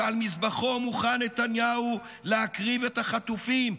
שעל מזבחו מוכן נתניהו להקריב את החטופים,